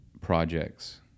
projects